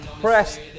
Press